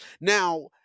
Now